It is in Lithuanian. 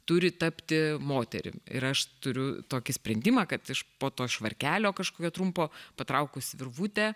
turi tapti moterim ir aš turiu tokį sprendimą kad iš po to švarkelio kažkokio trumpo patraukus virvutę